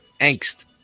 angst